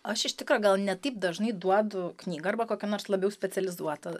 aš iš tikro gal ne taip dažnai duodu knygą arba kokia nors labiau specializuotą